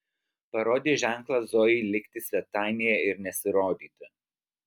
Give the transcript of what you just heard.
parodė ženklą zojai likti svetainėje ir nesirodyti